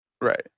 Right